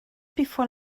before